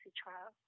trial